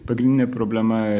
pagrindinė problema